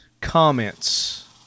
comments